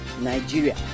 Nigeria